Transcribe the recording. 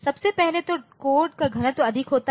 सबसे पहले तो कोड का घनत्व अधिक होता है